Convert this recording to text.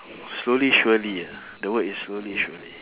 slowly surely ah the word is slowly surely